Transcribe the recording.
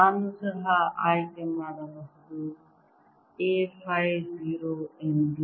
ನಾನು ಸಹ ಆಯ್ಕೆ ಮಾಡಬಹುದು A ಫೈ 0 ಎಂದು